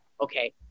okay